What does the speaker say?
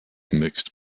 mixed